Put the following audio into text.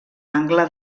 angle